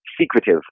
secretive